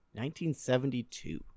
1972